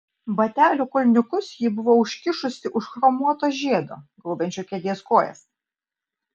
batelių kulniukus ji buvo užkišusi už chromuoto žiedo gaubiančio kėdės kojas